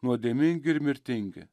nuodėmingi ir mirtingi